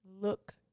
look